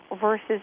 versus